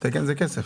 תקן זה כסף.